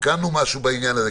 תיקנו משהו בעניין הזה,